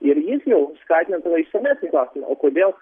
ir jis jau skatina tada išsamesnį klausimą o kodėl